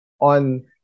on